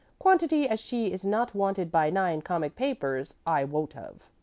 quantity as she is not wanted by nine comic papers i wot of.